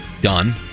done